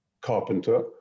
carpenter